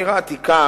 העיר העתיקה,